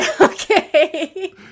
Okay